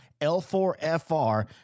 L4FR